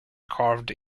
carved